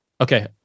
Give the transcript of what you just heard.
Okay